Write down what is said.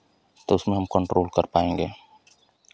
तो उसमें हम कंट्रोल कर पाएंगे